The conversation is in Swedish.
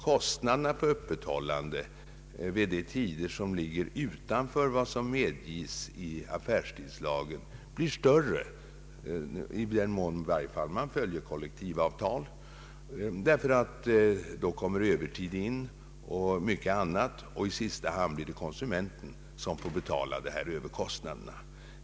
Kostnaderna för öppethållande de tider som ligger utanför vad som medges i affärstidslagen blir större — i varje fall i den mån man följer kollektivavtalet, ty då tillkommer övertid och mycket annat. I sista hand blir det konsumenten som får betala merkostnaderna.